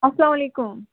اسلام علیکُم